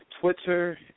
Twitter